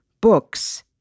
Books